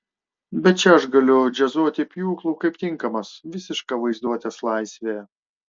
bet čia aš galiu džiazuoti pjūklu kaip tinkamas visiška vaizduotės laisvė